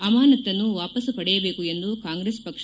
ಅಮಾನತ್ತನ್ನು ವಾಪಸ್ ಪಡೆಯಬೇಕು ಎಂದು ಕಾಂಗ್ರೆಸ್ ಪಕ್ಷ